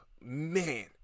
man